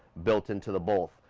built into the both.